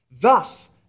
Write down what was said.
Thus